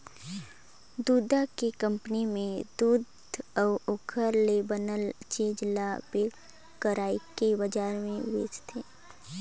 दूद के कंपनी में दूद अउ ओखर ले बनल चीज ल पेक कइरके बजार में बेचथे